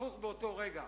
הפוך, באותו רגע